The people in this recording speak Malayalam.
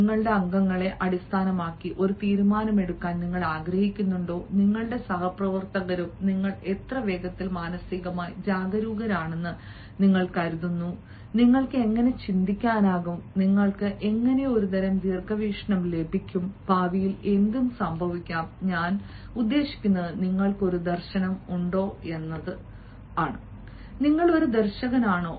നിങ്ങളുടെ അംഗങ്ങളെ അടിസ്ഥാനമാക്കി ഒരു തീരുമാനമെടുക്കാൻ നിങ്ങൾ ആഗ്രഹിക്കുന്നുണ്ടോ നിങ്ങളുടെ സഹപ്രവർത്തകരും നിങ്ങൾ എത്ര വേഗത്തിൽ മാനസികമായി ജാഗരൂകരാണെന്ന് നിങ്ങൾ കരുതുന്നു നിങ്ങൾക്ക് എങ്ങനെ ചിന്തിക്കാനാകും നിങ്ങൾക്ക് എങ്ങനെ ഒരുതരം ദീർഖവീക്ഷണം ലഭിക്കും ഭാവിയിൽ എന്ത് സംഭവിക്കാം ഞാൻ ഉദ്ദേശിക്കുന്നത് നിങ്ങൾക്ക് ഒരു ദർശനം ഉണ്ടോയെന്നത് നിങ്ങൾ ഒരു ദർശകനാണോ